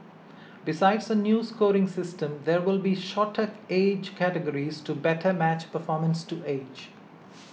besides a new scoring system there will be shorter age categories to better match performance to age